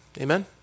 Amen